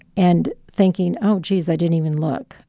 and thinking, oh, geez, i didn't even look.